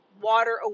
water